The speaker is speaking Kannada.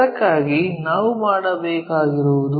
ಅದಕ್ಕಾಗಿ ನಾವು ಮಾಡಬೇಕಾಗಿರುವುದು